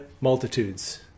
multitudes